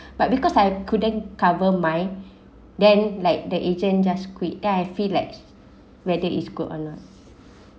but because I couldn't cover my then like the agent just quit that I feel like whether is good or not